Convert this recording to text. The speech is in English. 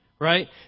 Right